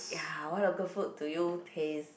ya what local food do you taste